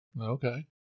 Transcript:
Okay